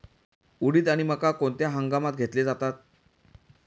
उडीद आणि मका कोणत्या हंगामात घेतले जातात?